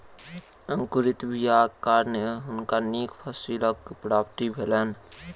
अंकुरित बीयाक कारणें हुनका नीक फसीलक प्राप्ति भेलैन